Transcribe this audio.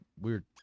weird